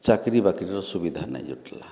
ଚାକ୍ରୀ ବାକ୍ରୀର ସୁବିଧା ନାଇ ଜୁଟ୍ଲା